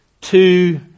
two